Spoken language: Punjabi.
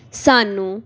ਸਾਨੂੰ